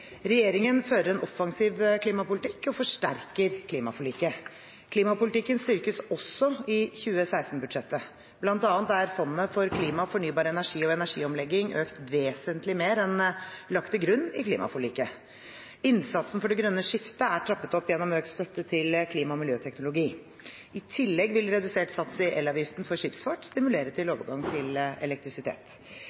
Regjeringen fører en offensiv klimapolitikk og forsterker klimaforliket. Klimapolitikken styrkes også i 2016-budsjettet. Blant annet er Fondet for klima, fornybar energi og energiomlegging økt vesentlig mer enn det som er lagt til grunn i klimaforliket. Innsatsen for det grønne skiftet er trappet opp gjennom økt støtte til klima- og miljøteknologi. I tillegg vil redusert sats i elavgiften for skipsfart stimulere til overgang til elektrisitet.